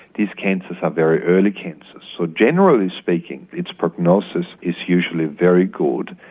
these cancers are very early cancers. so generally speaking, its prognosis is usually very good,